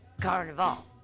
carnival